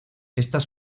estas